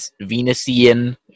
Venusian